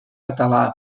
català